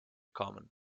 common